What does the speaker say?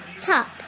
top